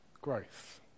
growth